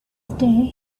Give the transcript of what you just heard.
day